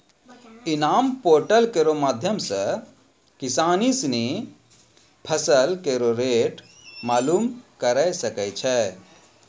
इनाम पोर्टल केरो माध्यम सें किसान सिनी फसल केरो रेट मालूम करे सकै छै